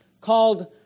called